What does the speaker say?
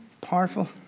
powerful